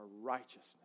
righteousness